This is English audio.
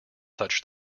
such